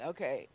？Okay